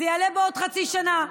זה יעלה בעוד חצי שנה.